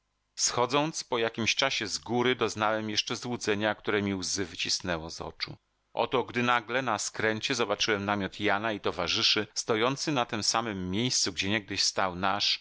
schodząc po jakimś czasie z góry doznałem jeszcze złudzenia które mi łzy wycisnęło z oczu oto gdy nagle na skręcie zobaczyłem namiot jana i towarzyszy stojący na tem samem miejscu gdzie niegdyś stał nasz